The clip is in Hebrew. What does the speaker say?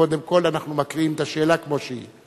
קודם כול אנחנו מקריאים את השאלה כמו שהיא.